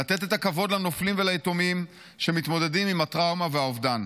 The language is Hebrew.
ולתת את הכבוד לנופלים וליתומים שמתמודדים עם הטראומה והאובדן.